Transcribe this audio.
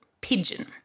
Pigeon